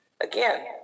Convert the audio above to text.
Again